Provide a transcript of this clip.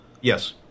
Yes